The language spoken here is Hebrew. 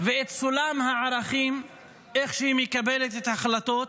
ואת סולם הערכים ואת איך שהיא מקבלת את ההחלטות.